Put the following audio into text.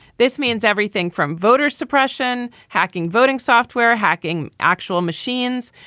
this means everything from voter suppression, hacking, voting software, hacking actual machines,